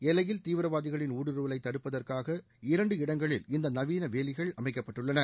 எல்லையில் தீவிரவாதிகளின் ஊடுருவலை தடுப்பதற்காக இரண்டு இடங்களில் இந்த நவீன வேலிகள் அமைக்கப்பட்டுள்ளன